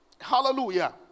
Hallelujah